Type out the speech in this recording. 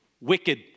wicked